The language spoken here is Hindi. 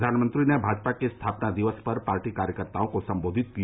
प्रधानमंत्री ने भाजपा के स्थापना दिवस पर पार्टी कार्यकर्ताओं को सम्बोधित किया